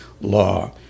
law